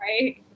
Right